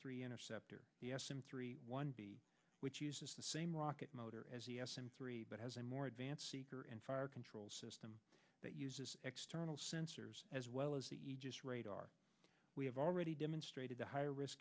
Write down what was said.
three interceptor the s m three one b which uses the same rocket motor as the s m three but has a more advanced seeker and fire control system that uses external sensors as well as the aegis radar we have already demonstrated the higher risk